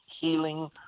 healing